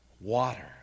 water